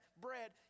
bread